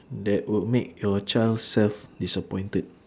that would make your child self disappointed